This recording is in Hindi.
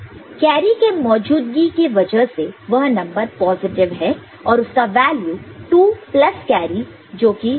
कैरी के मौजूदगी के वजह से वह नंबर पॉजिटिव है और उसका वैल्यू 2 प्लस कैरी जोकि 3 है